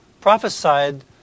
prophesied